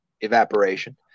evaporation